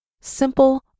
Simple